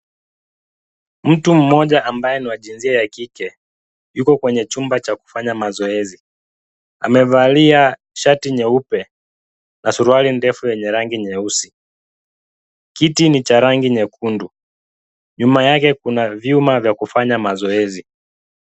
Mtu mmoja ambaye ni wa jinsia ya kike, yuko kwenye chumba cha kufanya mazoezi. Amevalia shati nyeupe na suruali ndefu yenye rangi nyeusi. Kiti ni cha rangi nyekundu, nyuma yake kuna vyuma vya kufanya zoezi.